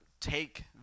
take